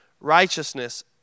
righteousness